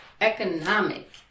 economic